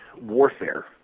warfare